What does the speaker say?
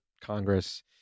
Congress